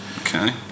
Okay